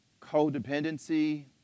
Codependency